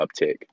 uptick